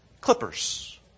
clippers